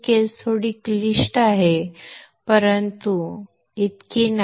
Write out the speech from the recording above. केस थोडी क्लिष्ट आहे परंतु इतकी नाही